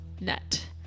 net